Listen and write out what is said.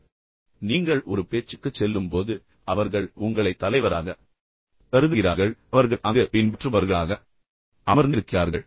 எனவே நீங்கள் ஒரு பேச்சுக்குச் செல்லும்போது அவர்கள் உண்மையில் உங்களைத் தலைவராகக் கருதுகிறார்கள் அவர்கள் அங்கு பின்பற்றுபவர்களாக அமர்ந்திருக்கிறார்கள்